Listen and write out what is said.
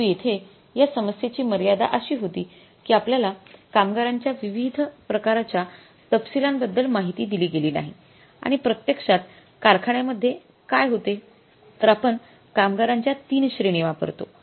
परंतु येथे या समस्येची मर्यादा अशी होती की आपल्याला कामगारांच्या विविध प्रकारच्या तपशीलांबद्दल माहिती दिले गेले नाही आणि प्रत्यक्षात कारखान्या मध्ये काय होते तर आपण कामगारांच्या तीन श्रेणी वापरतो